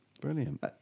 brilliant